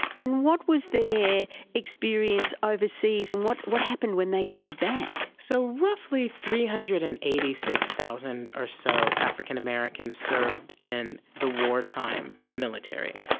and what was their experience overseas and what what happened when they came back? so roughly three hundred and eighty six thousand or so african americans served in the wartime military.